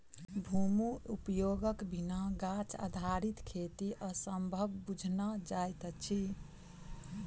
भूमि उपयोगक बिना गाछ आधारित खेती असंभव बुझना जाइत अछि